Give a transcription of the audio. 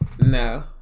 No